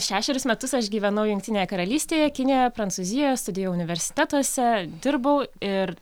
šešerius metus aš gyvenau jungtinėje karalystėje kinijoje prancūzijoje studijavau universitetuose dirbau ir